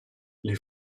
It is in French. les